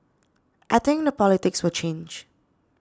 I think the politics will change